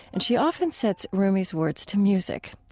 and she often sets rumi's words to music.